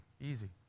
easy